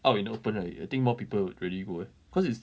out in the open right I think more people would really go eh cause it's